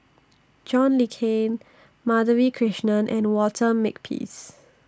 John Le Cain Madhavi Krishnan and Walter Makepeace